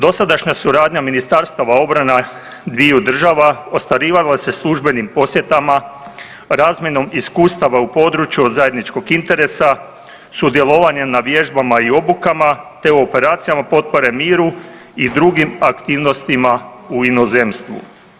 Dosadašnja suradnja ministarstava obrana dviju država ostvarivalo se službenim posjetama, razmjenom iskustava u području od zajedničkog interesa, sudjelovanje na vježbama i obukama te u operacijama potpore miru i drugim aktivnostima u inozemstvu.